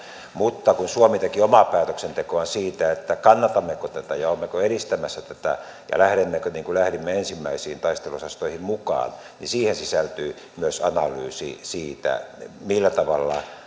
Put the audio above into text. mutta kun suomi teki omaa päätöksentekoaan siitä kannatammeko tätä ja olemmeko edistämässä tätä ja lähdemmekö mukaan niin kuin lähdimme ensimmäisiin taisteluosastoihin niin siihen sisältyy myös analyysi siitä millä tavalla